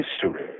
history